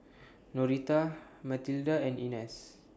Noreta Mathilda and Inez